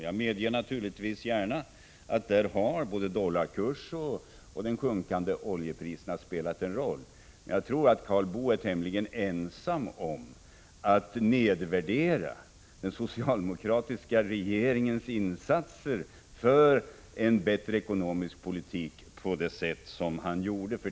Jag medger naturligtvis gärna att både dollarkurserna och de sjunkande oljepriserna har spelat en roll. Men jag tror att Karl Boo är tämligen ensam om att nedvärdera den socialdemokratiska regeringens insatser för en bättre ekonomisk politik på det sätt som han gjorde.